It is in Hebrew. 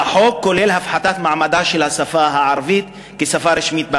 והחוק כולל הפחתת מעמדה של השפה הערבית כשפה רשמית במדינה.